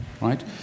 right